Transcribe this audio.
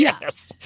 Yes